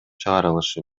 чыгарылышы